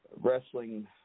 wrestling